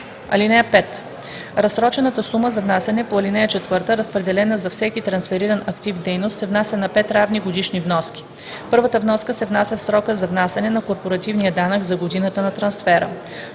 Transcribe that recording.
(5) Разсрочената сума за внасяне по ал. 4, разпределена за всеки трансфериран актив/дейност, се внася на пет равни годишни вноски. Първата вноска се внася в срока за внасяне на корпоративния данък за годината на трансфера.